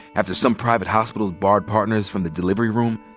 after some private hospitals barred partners from the delivery room,